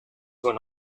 when